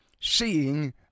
Seeing